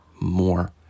more